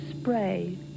spray